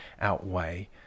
outweigh